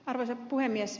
arvoisa puhemies